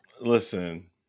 Listen